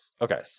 Okay